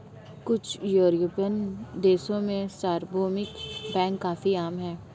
कुछ युरोपियन देशों में सार्वभौमिक बैंक काफी आम हैं